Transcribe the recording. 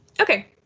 okay